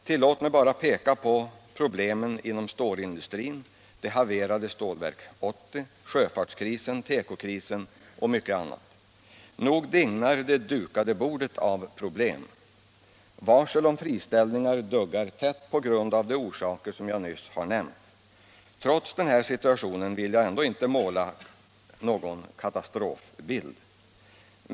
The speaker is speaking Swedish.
Tillåt mig bara peka på problemen inom stålindustrin, det havererade Stålverk 80, sjöfartskrisen, tekokrisen och mycket annat. Nog dignar det ”dukade bordet” av problem. Varsel om friställningar duggar tätt av de orsaker som jag nyss nämnt. Trots denna situation vill jag ändå inte måla någon katastrofbild.